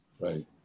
Right